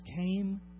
came